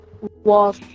walk